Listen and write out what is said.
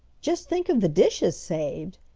just think of the dishes saved,